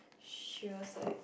she was like